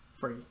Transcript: free